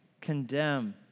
condemn